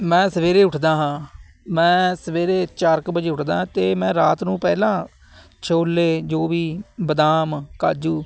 ਮੈਂ ਸਵੇਰੇ ਉੱਠਦਾ ਹਾਂ ਮੈਂ ਸਵੇਰੇ ਚਾਰ ਕੁ ਵਜੇ ਉੱਠਦਾਂ ਅਤੇ ਮੈਂ ਰਾਤ ਨੂੰ ਪਹਿਲਾਂ ਛੋਲੇ ਜੋ ਵੀ ਬਦਾਮ ਕਾਜੂ